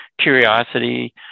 curiosity